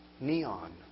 neon